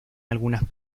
algunas